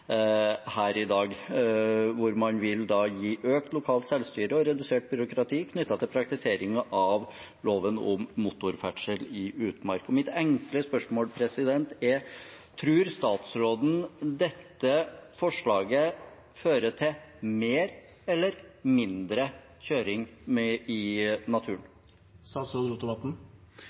her i dag, hvor man vil gi økt lokalt selvstyre og redusert byråkrati knyttet til praktisering av loven om motorferdsel i utmark. Mitt enkle spørsmål er: Tror statsråden dette forslaget fører til mer eller mindre kjøring i